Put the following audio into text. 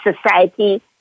society